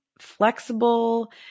flexible